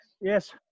Yes